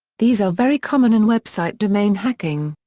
these are very common in website domain hacking.